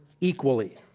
equally